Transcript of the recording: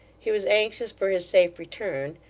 he was anxious for his safe return,